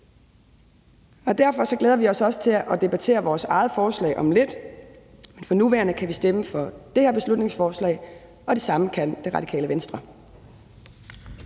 Derfor glæder vi os også til at debattere vores eget forslag om lidt, men for nuværende kan vi stemme for det her beslutningsforslag, og det samme kan Radikale Venstre.